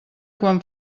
quan